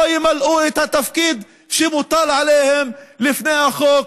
ימלאו את התפקיד שמוטל עליהם לפני החוק,